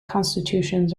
constitutions